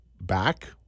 back